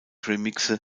remixe